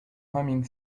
humming